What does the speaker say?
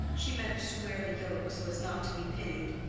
she meant to wear the yoke so as not to be pitied.